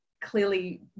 clearly